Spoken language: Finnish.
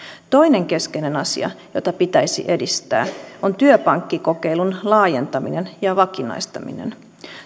toinen keskeinen asia jota pitäisi edistää on työpankkikokeilun laajentaminen ja vakinaistaminen